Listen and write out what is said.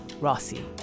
Rossi